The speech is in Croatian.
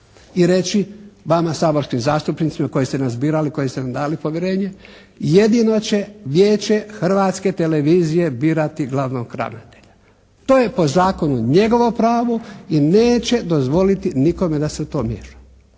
i reći vama saborskim zastupnicima koji ste nas birali, koji ste nam dali povjerenje, jedino će Vijeće Hrvatske televizije birati glavnog ravnatelja. To je po zakonu njegovo pravo i neće dozvoliti nikome da se u to miješa.